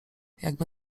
jakby